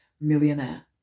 Millionaire